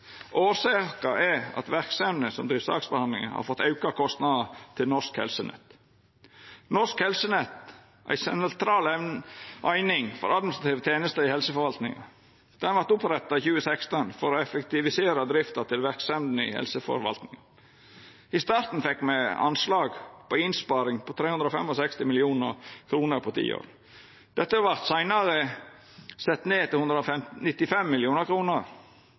Årsaka er at verksemdene som driv sakshandsaming, har fått auka kostnader til Norsk Helsenett. Norsk Helsenett er ei sentral eining for administrative tenester i helseforvaltninga som vart oppretta i 2016 for å effektivisera drifta til verksemdene i helseforvaltninga. I starten fekk me anslag på innsparing på 365 mill. kr på 10 år. Dette vart seinare sett ned til